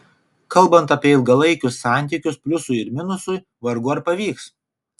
kalbant apie ilgalaikius santykius pliusui ir minusui vargu ar pavyks